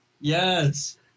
Yes